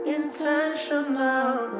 intentional